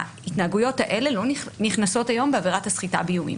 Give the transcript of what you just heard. ההתנהגויות האלה לא נכנסות היום בעבירת הסחיטה באיומים.